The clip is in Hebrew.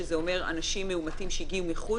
שזה אומר אנשים מאומתים שהגיעו מחו"ל,